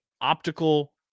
optical